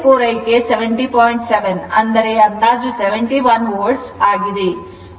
7 ಅಂದರೆ ಅಂದಾಜು 71 ವೋಲ್ಟ್ ಆಗಿದೆ